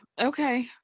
Okay